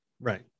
Right